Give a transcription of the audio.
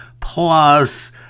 Plus